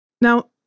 Now